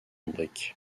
brique